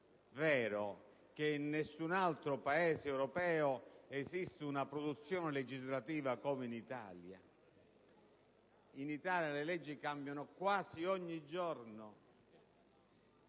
vero che in nessun altro Paese europeo esiste una produzione legislativa come in Italia. In Italia le leggi cambiano quasi ogni giorno